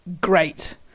great